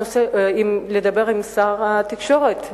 אפשר לדבר גם עם שר התקשורת,